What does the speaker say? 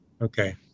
Okay